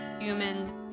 humans